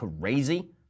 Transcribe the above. crazy